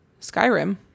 Skyrim